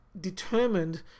determined